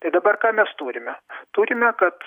tai dabar ką mes turime turime kad